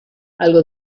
algo